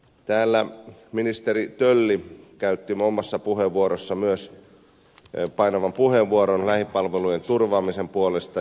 täällä myös ministeri tölli käytti omassa puheenvuorossaan painavan puheenvuoron lähipalvelujen turvaamisen puolesta